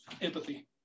empathy